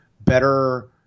better